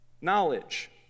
knowledge